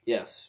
Yes